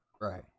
Right